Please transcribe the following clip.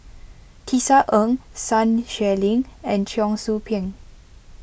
Tisa Ng Sun Xueling and Cheong Soo Pieng